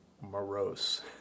morose